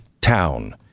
town